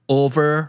over